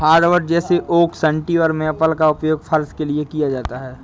hardwood जैसे oak सन्टी और मेपल का उपयोग फर्श के लिए किया जाता है